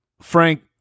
Frank